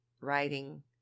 writing